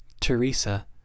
Teresa